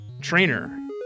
trainer